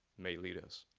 may lead us.